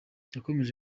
yakomeje